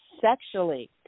sexually